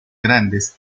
grandes